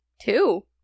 two